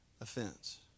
offense